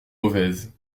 mauvaises